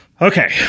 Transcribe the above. Okay